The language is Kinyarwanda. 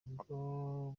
ngo